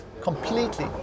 completely